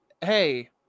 hey